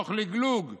תוך לגלוג זול,